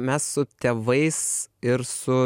mes su tėvais ir su